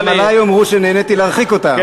וגם עלי יאמרו שנהניתי להרחיק אותם.